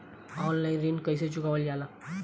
Online ऋण कईसे चुकावल जाला?